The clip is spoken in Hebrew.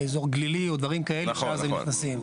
באזור גלילי או דברים כאלה שאז הם נכנסים.